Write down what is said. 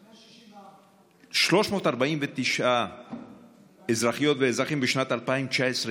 164. 349 אזרחיות ואזרחים בשנת 2019 כולה.